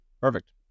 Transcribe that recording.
Perfect